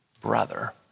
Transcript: brother